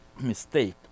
mistake